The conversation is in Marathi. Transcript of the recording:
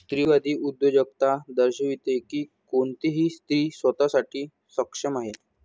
स्त्रीवादी उद्योजकता दर्शविते की कोणतीही स्त्री स्वतः साठी सक्षम आहे